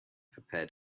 prepared